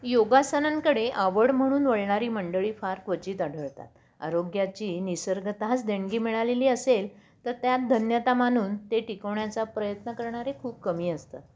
योगासनांकडे आवड म्हणून वळणारी मंडळी फार क्वचित आढळतात आरोग्याची निसर्गतःच देणगी मिळालेली असेल तर त्यात धन्यता मानून ते टिकवण्याचा प्रयत्न करणारे खूप कमी असतात